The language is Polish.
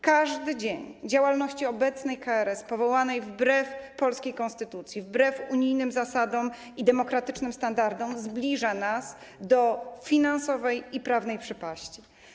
Każdy dzień działalności obecnej KRS powołanej wbrew polskiej konstytucji, wbrew unijnym zasadom i demokratycznym standardom zbliża nas do finansowej i prawnej przepaści.